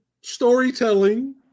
storytelling